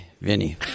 Vinny